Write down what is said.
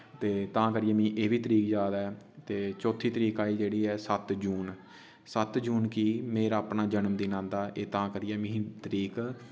ते तां करियै मिगी एह् बी तरीक याद ऐ ते चौथी तरीक आई जेह्ड़ी ऐ सत्त जून सत्त जून कि मेरा अपना जनम दिन आंदा एह् तां करियै मिगी तरीक